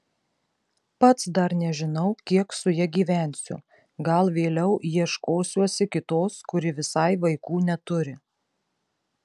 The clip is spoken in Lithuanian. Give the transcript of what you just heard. pats dar nežinau kiek su ja gyvensiu gal vėliau ieškosiuosi kitos kuri visai vaikų neturi